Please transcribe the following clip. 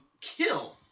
kill